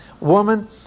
woman